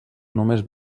només